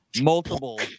multiple